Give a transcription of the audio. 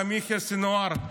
גם יחיא סנוואר,